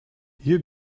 you